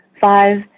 Five